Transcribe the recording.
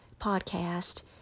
podcast